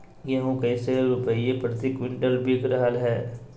गेंहू कैसे रुपए प्रति क्विंटल बिक रहा है?